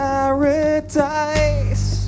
Paradise